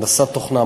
הנדסת תוכנה,